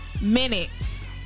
minutes